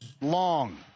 Long